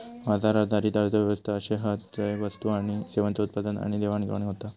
बाजार आधारित अर्थ व्यवस्था अशे हत झय वस्तू आणि सेवांचा उत्पादन आणि देवाणघेवाण होता